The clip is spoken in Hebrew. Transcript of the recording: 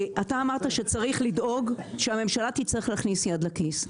אתה אמרת שצריך לדאוג שהממשלה תצטרך להכניס יד לכיס.